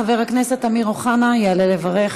חבר הכנסת אמיר אוחנה יעלה לברך.